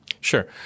Sure